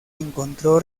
encontró